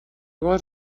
gos